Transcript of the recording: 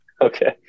Okay